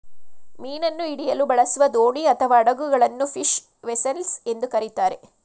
ಮೀನನ್ನು ಹಿಡಿಯಲು ಬಳಸುವ ದೋಣಿ ಅಥವಾ ಹಡಗುಗಳನ್ನು ಫಿಶ್ ವೆಸೆಲ್ಸ್ ಎಂದು ಕರಿತಾರೆ